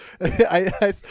I-